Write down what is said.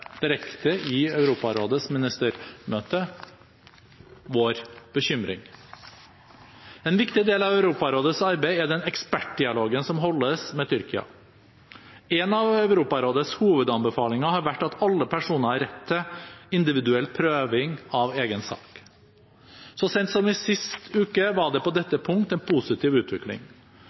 direkte i Europarådets ministermøte. En viktig del av Europarådets arbeid er den ekspertdialogen som holdes med Tyrkia. En av Europarådets hovedanbefalinger har vært at alle personer har rett til individuell prøving av egen sak. Så sent som sist uke var det på dette punkt en positiv utvikling.